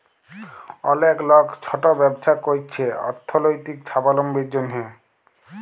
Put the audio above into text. অলেক লক ছট ব্যবছা ক্যইরছে অথ্থলৈতিক ছাবলম্বীর জ্যনহে